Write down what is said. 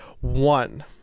One